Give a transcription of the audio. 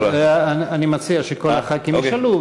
אני מציע שכל חברי הכנסת ישאלו,